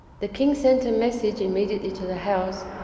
the king sent a message immediately to the house,